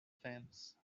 fence